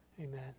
Amen